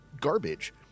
garbage